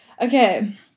Okay